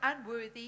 unworthy